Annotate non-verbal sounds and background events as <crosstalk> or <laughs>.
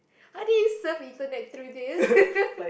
how do you surf internet through this <laughs>